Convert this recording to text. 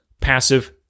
passive